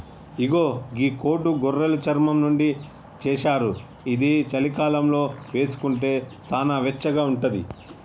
ఇగో గీ కోటు గొర్రెలు చర్మం నుండి చేశారు ఇది చలికాలంలో వేసుకుంటే సానా వెచ్చగా ఉంటది